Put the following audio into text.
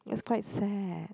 that's quite sad